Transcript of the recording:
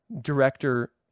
director